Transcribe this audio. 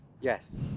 Yes